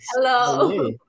hello